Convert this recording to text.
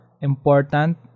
important